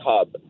Hub